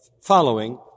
following